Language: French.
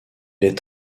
est